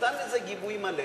נתן לזה גיבוי מלא,